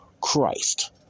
Christ